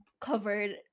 covered